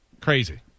crazy